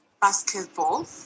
basketball